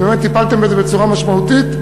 ובאמת טיפלתם בזה בצורה משמעותית.